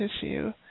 tissue